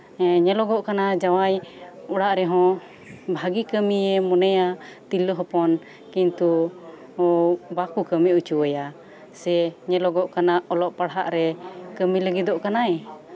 ᱦᱮᱸ ᱧᱮᱞᱚᱜᱚᱜ ᱠᱟᱱᱟ ᱡᱟᱶᱟᱭ ᱚᱲᱟᱜ ᱨᱮᱦᱚᱸ ᱵᱷᱟᱜᱮ ᱠᱟᱢᱤᱭᱮ ᱢᱚᱱᱮᱭᱟ ᱛᱤᱨᱞᱟᱹ ᱦᱚᱯᱚᱱ ᱠᱤᱱᱛᱩ ᱵᱟᱠᱚ ᱠᱟᱢᱤ ᱦᱚᱪᱚ ᱣᱟᱭᱟ ᱥᱮ ᱧᱮᱞᱚᱜᱚᱜ ᱠᱟᱱᱟ ᱚᱞᱚᱜ ᱯᱟᱲᱦᱟᱜ ᱨᱮ ᱠᱟᱢᱤ ᱞᱟᱜᱤᱫᱚᱜ ᱠᱟᱱᱟᱭ